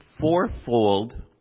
fourfold